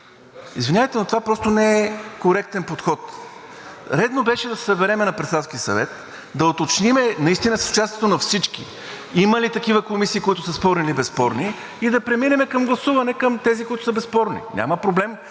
Извинявайте, но това просто не е коректен подход. Редно беше да се съберем на Председателски съвет, да уточним – наистина с участието на всички, има ли такива комисии, които са спорни или безспорни, и да преминем към гласуване към тези, които са безспорни. Няма проблем